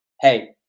hey